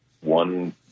one